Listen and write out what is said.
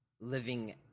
living